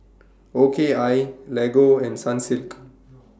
O K I Lego and Sunsilk